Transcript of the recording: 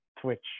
twitch